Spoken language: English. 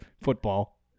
football